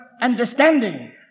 understanding